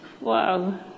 Wow